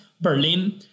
Berlin